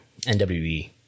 NWE